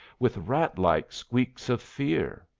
with rat-like squeaks of fear.